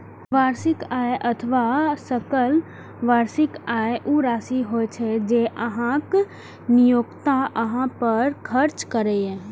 वार्षिक आय अथवा सकल वार्षिक आय ऊ राशि होइ छै, जे अहांक नियोक्ता अहां पर खर्च करैए